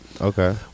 Okay